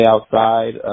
outside